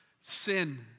sin